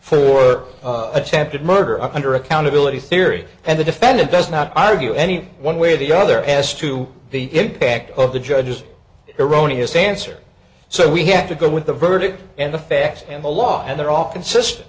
for attempted murder under account ability theory and the defendant does not argue any one way or the other as to the impact of the judge's irania stance or so we have to go with the verdict and the facts and the law and they're all consistent